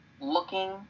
looking